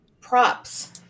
props